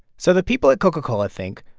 so the people at coca-cola think,